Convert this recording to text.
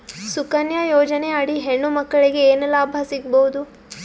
ಸುಕನ್ಯಾ ಯೋಜನೆ ಅಡಿ ಹೆಣ್ಣು ಮಕ್ಕಳಿಗೆ ಏನ ಲಾಭ ಸಿಗಬಹುದು?